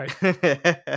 right